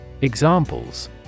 Examples